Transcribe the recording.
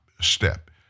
step